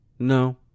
No